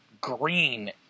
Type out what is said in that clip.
green